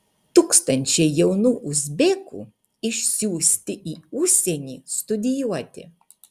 tūkstančiai jaunų uzbekų išsiųsti į užsienį studijuoti